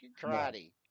karate